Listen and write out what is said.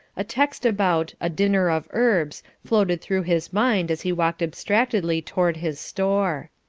a text about a dinner of herbs floated through his mind as he walked abstractedly toward his store.